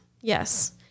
Yes